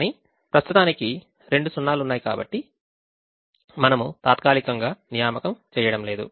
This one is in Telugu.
కానీ ప్రస్తుతానికి రెండు సున్నాలు ఉన్నాయి కాబట్టి మనము తాత్కాలికంగా నియామకం చేయడం లేదు